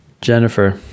Jennifer